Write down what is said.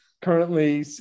currently